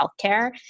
healthcare